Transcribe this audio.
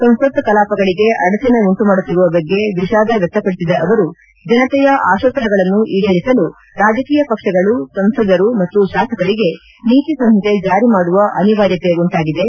ಸಂಸತ್ ಕಲಾಪಗಳಿಗೆ ಅಡಚಣೆ ಉಂಟು ಮಾಡುತ್ತಿರುವ ಬಗ್ಗೆ ವಿಷಾದ ವ್ಯಕ್ಷಪಡಿಸಿದ ಅವರು ಜನತೆಯ ಆಶೋತ್ತರಗಳನ್ನು ಈಡೇರಿಸಲು ರಾಜಕೀಯ ಪಕ್ಷಗಳು ಸಂಸದರು ಮತ್ತು ಶಾಸಕರಿಗೆ ನೀತಿ ಸಂಹಿತೆ ಜಾರಿ ಮಾಡುವ ಅನಿರ್ವಾಯತೆ ಉಂಟಾಗಿದೆ